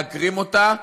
מעקרים אותה,